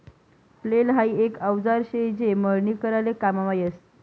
flail हाई एक औजार शे जे मळणी कराले काममा यस